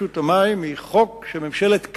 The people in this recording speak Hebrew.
רשות המים הוא חוק של ממשלת קדימה,